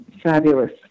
fabulous